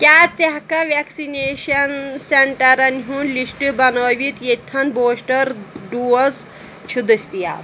کیٛاہ ژٕ ہیٚکھا ویکسِنیشن سینٹرن ہُنٛد لسٹ بنٲوِتھ ییٚتھن بوٗسٹر ڈوز چھ دٔستِیاب؟